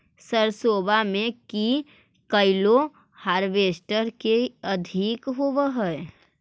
सरसोबा मे की कैलो हारबेसटर की अधिक होब है?